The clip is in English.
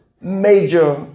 major